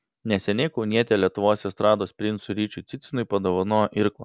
neseniai kaunietė lietuvos estrados princui ryčiui cicinui padovanojo irklą